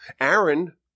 Aaron